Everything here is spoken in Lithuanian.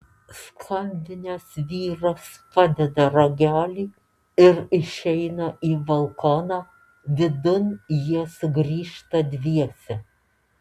skambinęs vyras padeda ragelį ir išeina į balkoną vidun jie sugrįžta dviese